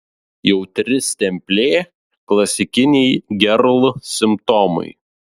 jautri stemplė klasikiniai gerl simptomai